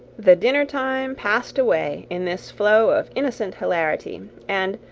the dinner-time passed away in this flow of innocent hilarity and,